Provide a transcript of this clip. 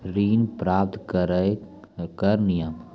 ऋण प्राप्त करने कख नियम?